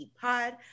pod